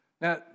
Now